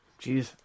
Jeez